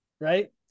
Right